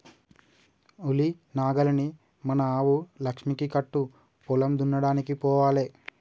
ఉలి నాగలిని మన ఆవు లక్ష్మికి కట్టు పొలం దున్నడానికి పోవాలే